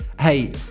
Hey